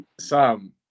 Sam